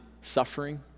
suffering